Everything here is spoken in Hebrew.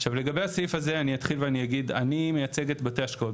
עכשיו לגבי הסעיף הזה אני אתחיל ואגיד שאני מייצג את בתי ההשקעות.